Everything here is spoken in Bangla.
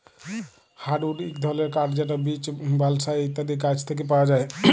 হার্ডউড ইক ধরলের কাঠ যেট বীচ, বালসা ইত্যাদি গাহাচ থ্যাকে পাউয়া যায়